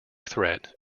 threat